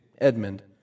Edmund